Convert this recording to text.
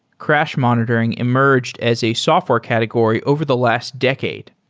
crash monitoring emerged as a software category over the last decade.